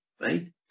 right